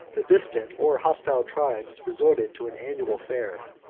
the distant or hostile tribes resorted to an annual fair,